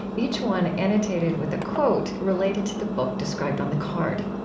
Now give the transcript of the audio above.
each one annotated with a quote related to the book described on the card.